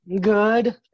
good